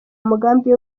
umugambi